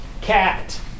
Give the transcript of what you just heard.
cat